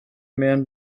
man